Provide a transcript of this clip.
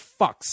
fucks